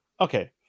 Okay